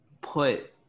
put